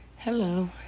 hello